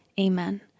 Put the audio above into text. Amen